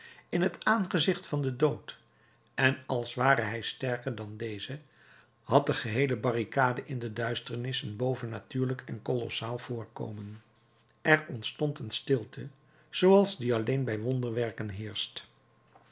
in t aangezicht van den dood en als ware hij sterker dan deze had de geheele barricade in de duisternis een bovennatuurlijk en colossaal voorkomen er ontstond een stilte zooals die alleen bij wonderwerken heerscht